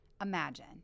imagine